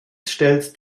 stellt